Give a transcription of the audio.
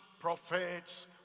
prophets